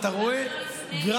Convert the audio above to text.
פה זה ראש